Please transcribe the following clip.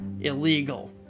illegal